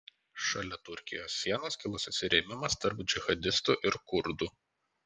šalia turkijos sienos kilo susirėmimas tarp džihadistų ir kurdų